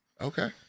Okay